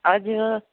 हजुर